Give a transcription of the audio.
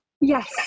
Yes